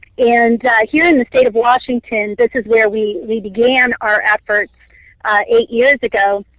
and here in the state of washington, this is where we we began our efforts eight years ago.